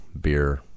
beer